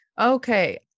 Okay